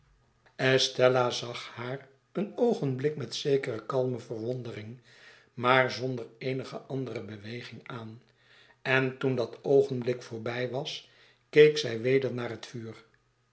zag haar een oogenblik met zekere kalme verwondering maar zonder eenige andere beweging aan en toen dat oogenblik voorbij was keek zij weder naar het vuur